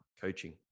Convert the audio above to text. coaching